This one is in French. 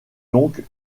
donc